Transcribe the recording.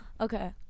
Okay